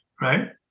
right